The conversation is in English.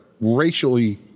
racially